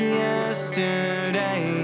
yesterday